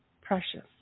precious